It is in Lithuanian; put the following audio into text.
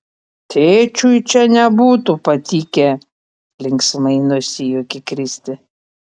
tėčiui čia nebūtų patikę linksmai nusijuokė kristė